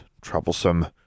Troublesome